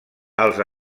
els